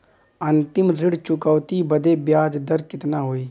अंतिम ऋण चुकौती बदे ब्याज दर कितना होई?